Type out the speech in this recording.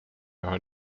are